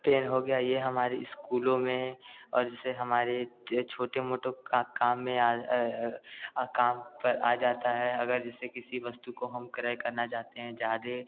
pen हो गया ये हमारी स्कूलों में और जैसे हमारे जे छोटे मोटो का काम में आज काम पर आ जाता है अगर जैसे किसी वस्तु को हम क्रय करना चाहते हैं ज़्यादा